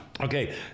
Okay